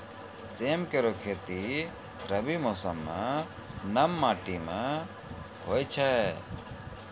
सेम केरो खेती रबी मौसम म नम माटी में होय छै